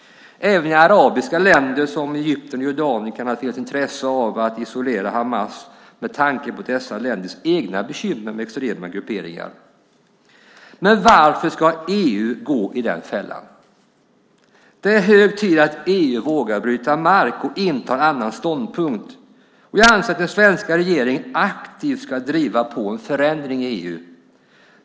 Även i arabiska länder som Egypten och Jordanien kan det finnas intresse av att isolera Hamas med tanke på dessa länders egna bekymmer med extrema grupperingar. Men varför ska EU gå i den fällan? Det är hög tid att EU vågar bryta mark och inta en annan ståndpunkt. Vi anser att den svenska regeringen aktivt ska driva på en förändring i EU.